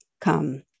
come